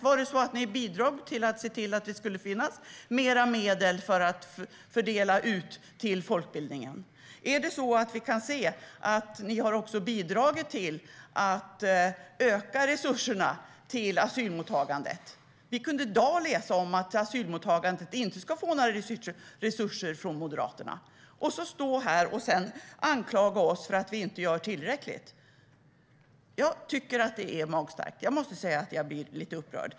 Var det så att ni bidrog till att se till att det skulle finnas mer medel att dela ut till folkbildningen, Isabella Hökmark? Är det så att vi kan se att ni har bidragit till att öka resurserna till asylmottagandet? Vi kunde i dag läsa att asylmottagandet inte ska få några resurser från Moderaterna. Sedan står ni här och anklagar oss för att vi inte gör tillräckligt. Jag tycker att det är magstarkt. Jag måste säga att jag blir lite upprörd.